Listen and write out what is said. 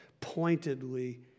pointedly